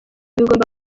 bigomba